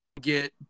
get